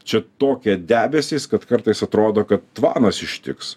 čia tokie debesys kad kartais atrodo kad tvanas ištiks